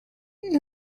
been